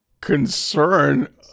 concern